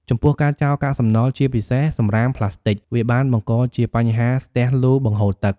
ចំពោះការចោលកាកសំណល់ជាពិសេសសំរាមប្លាស្ទិក វាបានបង្កជាបញ្ហាស្ទះលូបង្ហូរទឹក។